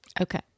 Okay